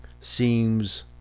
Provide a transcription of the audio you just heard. seems